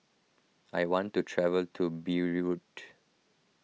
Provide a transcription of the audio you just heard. I want to travel to Beirut